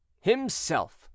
Himself